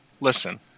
Listen